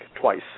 twice